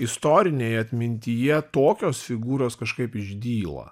istorinėj atmintyje tokios figūros kažkaip išdyla